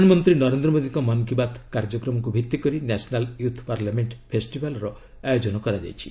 ପ୍ରଧାନମନ୍ତ୍ରୀ ନରେନ୍ଦ୍ର ମୋଦୀଙ୍କ ମନ୍ କି ବାତ୍ କାର୍ଯ୍ୟକ୍ରମକୁ ଭିଭି କରି ନ୍ୟାସନାଲ୍ ୟୁଥ୍ ପାର୍ଲାମେଣ୍ଟ ଫେଷ୍ଟିଭାଲ୍ର ଆୟୋଜନ କରାଯାଇଛି